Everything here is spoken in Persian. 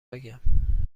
بگم